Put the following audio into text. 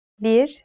bir